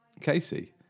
Casey